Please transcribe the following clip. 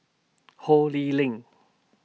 Ho Lee Ling